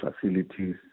facilities